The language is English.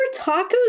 tacos